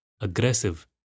aggressive